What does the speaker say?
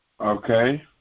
Okay